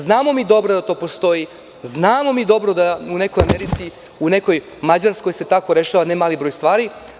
Znamo mi dobro da to postoji, da se u nekoj Americi, u nekoj Mađarskoj tako rešava ne mali broj stvari.